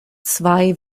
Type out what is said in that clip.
zwei